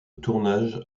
tournage